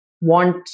want